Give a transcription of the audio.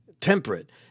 Temperate